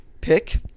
Pick